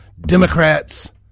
Democrats